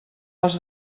les